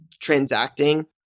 transacting